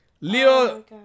Leo